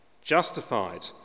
Justified